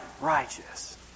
righteous